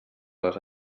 les